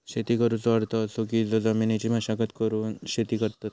शेती करुचो अर्थ असो की जो जमिनीची मशागत करून शेती करतत